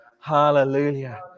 Hallelujah